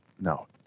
No